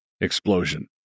Explosion